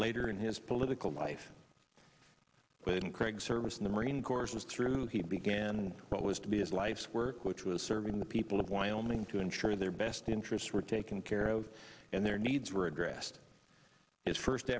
later in his political life but in craig's service in the marine corps was through he began what was to be his life's work which was serving the people of wyoming to ensure their best interests were taken care of and their needs were addressed his first